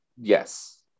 Yes